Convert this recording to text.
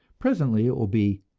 presently it will be,